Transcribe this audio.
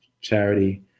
charity